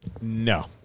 No